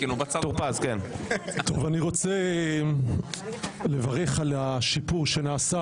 אני רוצה לברך על השיפור שנעשה,